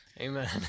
Amen